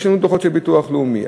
יש לנו דוחות של ביטוח לאומי.